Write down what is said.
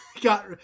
got